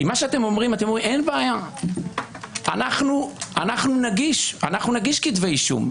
כי אתם אומרים אין בעיה, אנחנו נגיש כתבי אישום,